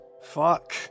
Fuck